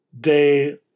day